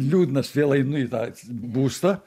liūdnas vėl einu į tą būstą